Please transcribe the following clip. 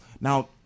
Now